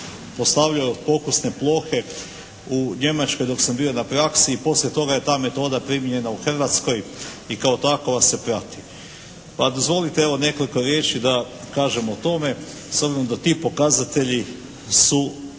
postavljao pokusne plohe u Njemačkoj dok sam bio na praksi i poslije toga je ta metoda primijenjena Hrvatskoj i kao takova se prati. Pa dozvolite evo nekoliko riječi da kažem o tome, s obzirom da ti pokazatelji su